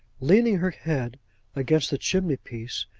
leaning her head against the chimney-piece,